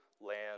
land